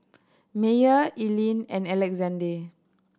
Meyer Ilene and Alexande